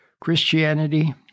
Christianity